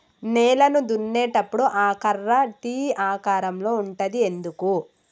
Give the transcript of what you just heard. నేలను దున్నేటప్పుడు ఆ కర్ర టీ ఆకారం లో ఉంటది ఎందుకు?